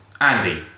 Andy